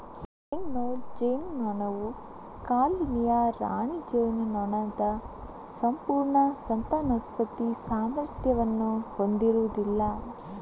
ಹೆಣ್ಣು ಜೇನುನೊಣವು ಕಾಲೋನಿಯ ರಾಣಿ ಜೇನುನೊಣದ ಸಂಪೂರ್ಣ ಸಂತಾನೋತ್ಪತ್ತಿ ಸಾಮರ್ಥ್ಯವನ್ನು ಹೊಂದಿರುವುದಿಲ್ಲ